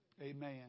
Amen